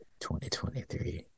2023